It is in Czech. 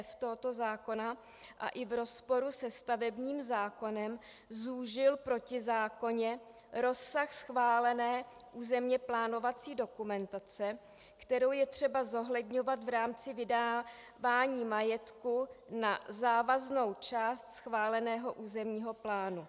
f) tohoto zákona a i v rozporu se stavebním zákonem zúžil protizákonně rozsah schválené územně plánovací dokumentace, kterou je třeba zohledňovat v rámci vydávání majetků na závaznou část schváleného územního plánu.